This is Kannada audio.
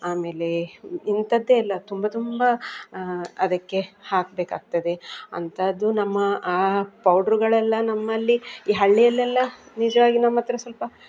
ಆಮೇಲೆ ಇಂಥದ್ದೆಲ್ಲ ತುಂಬ ತುಂಬ ಅದಕ್ಕೆ ಹಾಕಬೇಕಾಗ್ತದೆ ಅಂಥದ್ದು ನಮ್ಮ ಆ ಪೌಡ್ರುಗಳೆಲ್ಲ ನಮ್ಮಲ್ಲಿ ಈ ಹಳ್ಳಿಯಲ್ಲೆಲ್ಲ ನಿಜವಾಗಿ ನಮ್ಮ ಹತ್ರ ಸ್ವಲ್ಪ